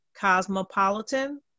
Cosmopolitan